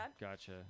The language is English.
Gotcha